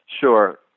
Sure